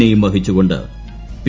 നെയും വഹിച്ചുകൊണ്ട് പി